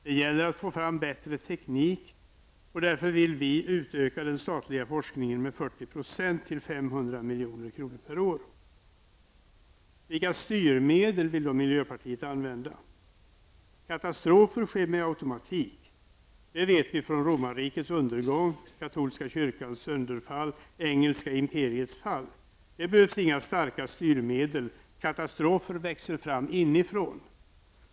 Det gäller att få fram bättre teknik, och därför vill vi utöka den statliga forskningen med 40 % till 500 000 milj.kr. Vilka styrmedel vill då miljöpartiet använda? Katastrofer sker med automatik, det vet vi från romarrikets undergång, katolska kyrkans sönderfall och engelska imperiets fall. Det behövs inga starka styrmedel, katastrofer växer fram inifrån.